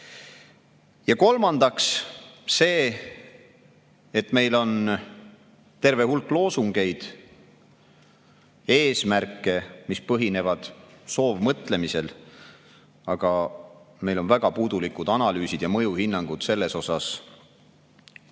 Kolmandaks see, et meil on terve hulk loosungeid ja eesmärke, mis põhinevad soovmõtlemisel, aga meil on väga puudulikud analüüsid ja mõjuhinnangud selle kohta,